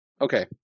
Okay